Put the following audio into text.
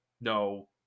no